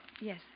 Yes